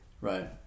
Right